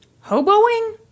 Hoboing